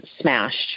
smashed